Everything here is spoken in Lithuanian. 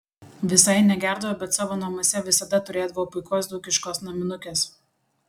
visai negerdavo bet savo namuose visada turėdavo puikios dzūkiškos naminukės